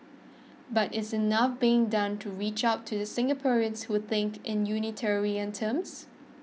but is enough being done to reach out to the Singaporeans who think in utilitarian terms